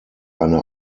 eine